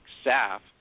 staff